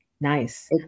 Nice